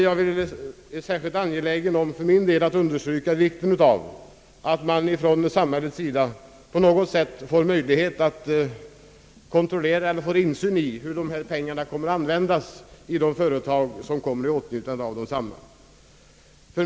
Jag är särskilt angelägen om att understryka vikten av att samhället på något sätt får möjlighet att kontrollera eller ges insyn i hur dessa pengar kommer att användas i de företag som kommer i åtnjutande av desamma.